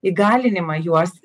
įgalinimą juos